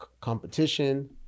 competition